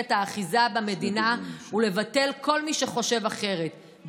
את האחיזה במדינה ולבטל כל מי שחושב אחרת,